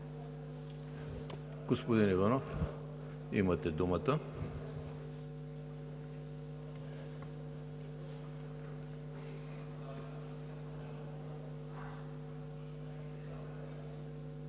Господин Иванов, имате думата.